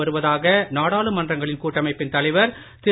வருவதாக நாடாளுமன்றங்களின் கூட்டமைப்பின் தலைவர் திரு